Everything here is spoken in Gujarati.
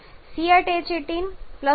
C8H18 2O O2 3